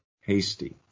hasty